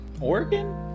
Oregon